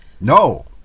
No